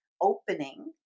opening